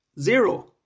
Zero